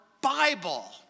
Bible